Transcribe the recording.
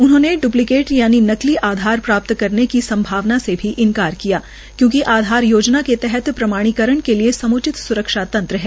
उन्होंने डुप्लीकेट यानि नकली आधार प्राप्त करने की संभावना से भी इन्कार किया क्योकि आधार योजना के तहत प्रामाणीकरण के लिए सम्चित स्रक्षा तंत्र है